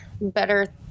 better